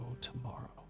tomorrow